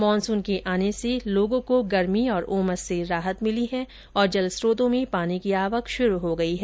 monsoon के आने से लोगों को गर्मी और उमस से राहत मिली है और जल स्रोतों में पानी की आवक शुरू हो गई हैं